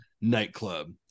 nightclub